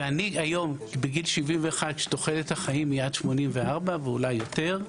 אני היום בגיל 71 שתוחלת החיים היא עד 84 ואולי יותר,